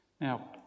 Now